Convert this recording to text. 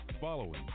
following